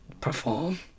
perform